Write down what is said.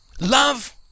Love